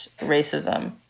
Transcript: racism